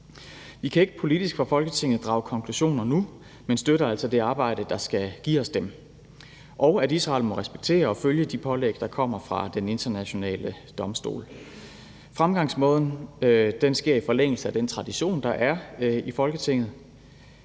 Vi kan ikke politisk fra Folketinget drage konklusioner nu, men støtter altså det arbejde, der skal give os dem, og støtter, at Israel skal respektere og følge de pålæg, der kommer fra Den Internationale Domstol. Fremgangsmåden sker i forlængelse af den tradition, der er i Folketinget.